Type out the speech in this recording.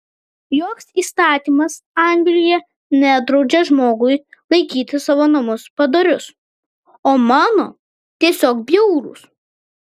joks įstatymas anglijoje nedraudžia žmogui laikyti savo namus padorius o mano tiesiog bjaurūs